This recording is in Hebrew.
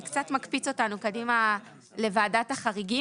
זה קצת מקפיץ אותנו קדימה לוועדת החריגים